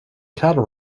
cattle